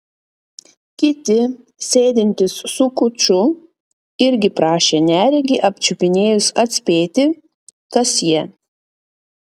kiti sėdintys su kuču irgi prašė neregį apčiupinėjus atspėti kas jie